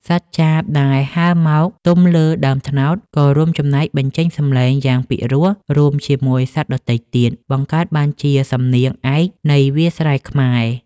សត្វចាបដែលហើរមកទំលើដើមត្នោត ក៏រួមចំណែកបញ្ចេញសំឡេងយ៉ាងពីរោះ រួមជាមួយសត្វដទៃទៀត បង្កើតបានជាសំនៀងឯកនៃវាលស្រែខ្មែរ។